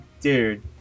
Dude